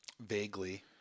Vaguely